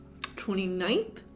29th